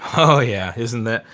oh yeah, isn't that,